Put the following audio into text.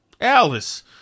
Alice